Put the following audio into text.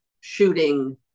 shooting